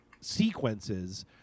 sequences